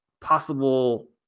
possible